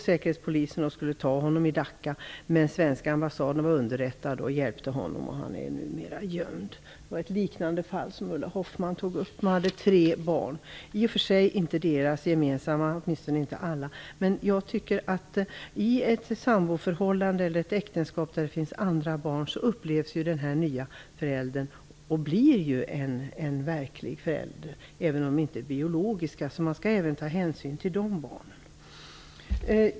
Säkerhetspolisen var på väg att ta honom i Dacca, men svenska ambassaden var underrättad och hjälpte honom. Han är numera gömd. Ulla Hoffmann tog upp ett liknande fall, där det fanns tre barn, även om det inte var gemensamma barn. I ett samboförhållande eller ett äktenskap där det finns andra barn blir ju den nya partnern en verklig förälder, trots att det inte är den biologiska föräldern. Man skall ta hänsyn även till de barnen.